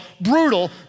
brutal